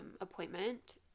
appointment